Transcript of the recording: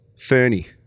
Fernie